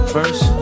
First